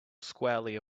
squarely